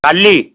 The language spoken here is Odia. କାଲି